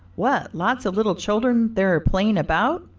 what lots of little children there are playing about,